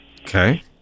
Okay